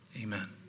amen